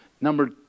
Number